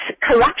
corruption